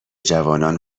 جوانان